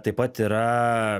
taip pat yra